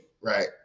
right